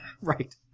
right